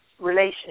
relationship